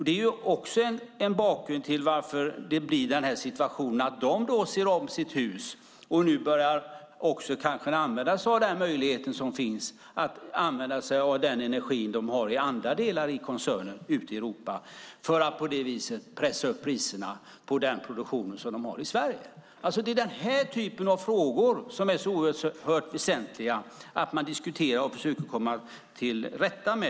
Det är också en bakgrund till att de ser om sitt hus och nu kanske också börjar använda sig av den energi de har i andra delar i koncernen ute i Europa för att på det viset pressa upp priserna på den produktion de har i Sverige. Det är den här typen av frågor som är så oerhört väsentliga att diskutera och försöka komma till rätta med.